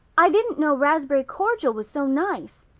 i didn't know raspberry cordial was so nice.